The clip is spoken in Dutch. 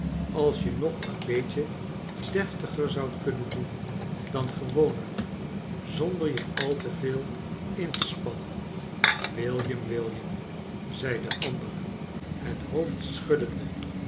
als je nog een beetje def tiger zoudt kiinnen doen dan gewoonlijk zander je al te veel in te spannein william william zei de ander het hoofd schuddende